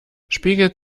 spiegelt